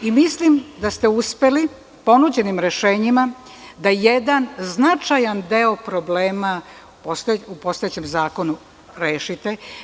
Mislim da ste uspeli ponuđenim rešenjima da jedan značajan deo problema u postojećem zakonu rešite.